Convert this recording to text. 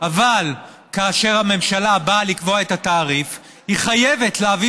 אבל כאשר הממשלה באה לקבוע את התעריף היא חייבת להביא